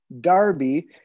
Darby